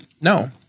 No